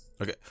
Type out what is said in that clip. Okay